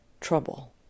trouble